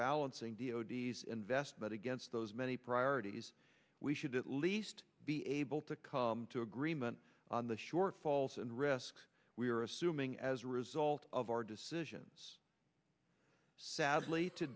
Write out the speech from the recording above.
balancing d o d s invest but against those many priorities we should at least be able to come to agreement on the shortfalls and risk we are assuming as a result of our decisions sadly to